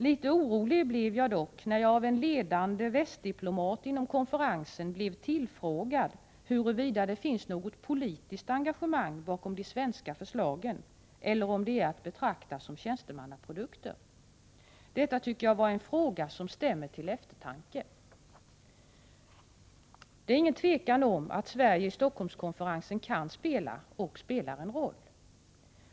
Litet orolig blev jag dock när jag av en ledande västdiplomat inom konferensen tillfrågades huruvida det finns något politiskt engagemang bakom de svenska förslagen eller om de är att betrakta som tjänstemannaprodukter. Detta tycker jag var en fråga som stämmer till eftertanke. Det är ingen tvekan om att Sverige vid Stockholmskonferensen kan spela och spelar en roll.